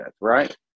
right